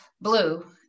blue